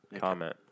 comment